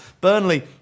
Burnley